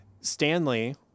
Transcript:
Stanley